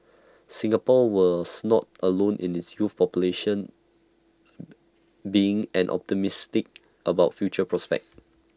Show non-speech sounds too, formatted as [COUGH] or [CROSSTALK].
Singapore was not alone in its youth population [NOISE] being and optimistic about future prospect